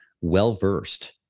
well-versed